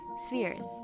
SPHERES